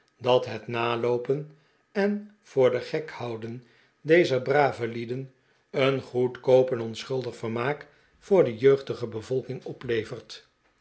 dat het nalo open en voor den gek houden dezer brave lieden een goedkoop en onschuldig vermaak voor de jeugdige bevolking oplevert